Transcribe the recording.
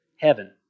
Heaven